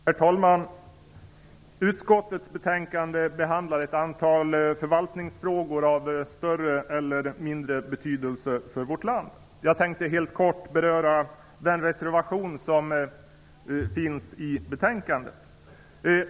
Herr talman! Utskottets betänkande behandlar ett antal förvaltningsfrågor av större eller mindre betydelse för vårt land. Jag tänkte helt kort beröra den reservation som finns i betänkandet.